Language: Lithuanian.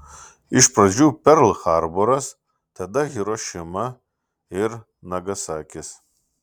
iš pradžių perl harboras tada hirošima ir nagasakis